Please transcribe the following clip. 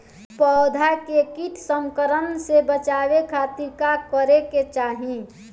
पौधा के कीट संक्रमण से बचावे खातिर का करे के चाहीं?